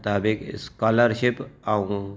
मुताबिक स्कॉलरशिप ऐं